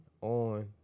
on